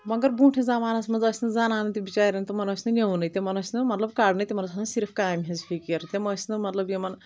مگر بُرونٹھمہِ زمانس منٛز ٲسۍ نہٕ زانانن تہِ بیچارین تَمن ٲسۍ نہٕ نِونٕے تمن ٲسۍ نہِ مطلب کڑنٕے تمن ٲس آسان صرف کامہِ ہنز فکر تمۍ ٲس نہٕ مطلب یمَن